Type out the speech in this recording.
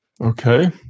Okay